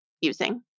using